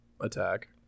attack